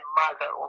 mother